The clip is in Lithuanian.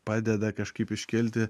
padeda kažkaip iškilti